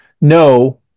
No